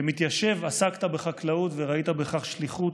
כמתיישב, עסקת בחקלאות וראית בכך שליחות,